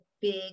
big